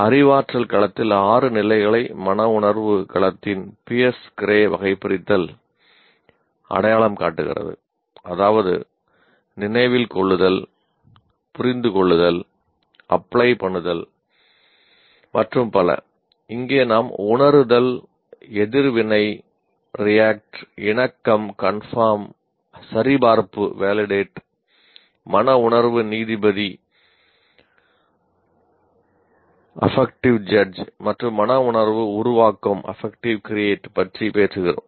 அறிவாற்றல் களத்தில் ஆறு நிலைகளை மனவுணர்வு களத்தின் பியர்ஸ் கிரே வகைபிரித்தல் அடையாளம் காட்டுகிறது அதாவது நினைவில் கொள்ளுதல் புரிந்து கொள்ளுதல் அப்ளை மனவுணர்வு நீதிபதி மற்றும் மனவுணர்வு உருவாக்கம் பற்றி பேசுகிறோம்